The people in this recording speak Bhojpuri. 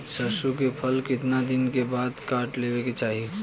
सरसो के फसल कितना दिन के बाद काट लेवे के चाही?